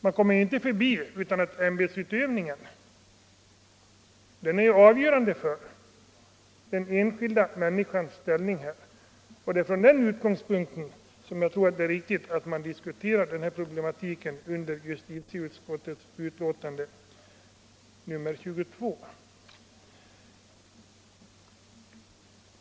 Man kommer inte ifrån att ämbetsutövningen ofta är avgörande för den enskilda människan och rättssäkerheten. Det är från den utgångspunkten som jag anser det riktigt att diskutera den här problematiken i samband med behandlingen av justitieutskottets betänkande nr 22.